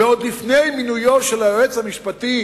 ועוד לפני מינויו של היועץ המשפטי